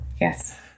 Yes